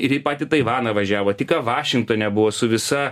ir į patį taivaną važiavo tik ką vašingtone buvo su visa